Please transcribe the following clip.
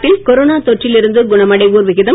நாட்டில் கொரோனா தொற்றில் இருந்து குணமடைவோர் விகிதம்